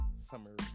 Summer